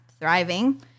thriving